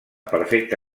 perfecte